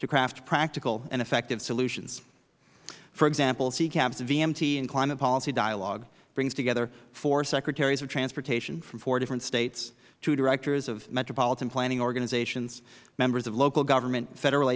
to craft practical and effective solutions for example ccap's vmt and climate policy dialogue brings together four secretaries of transportation from four different states two directors of metropolitan planning organizations members of local government federal